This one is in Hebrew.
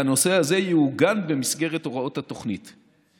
והנושא הזה יעוגן במסגרת הוראות התוכנית.